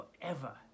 forever